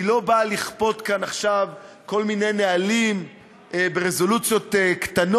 היא לא באה לכפות כאן עכשיו כל מיני נהלים ברזולוציות קטנות,